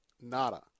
Nada